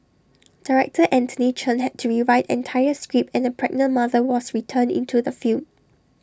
Director Anthony Chen had to rewrite entire script and A pregnant mother was return into the film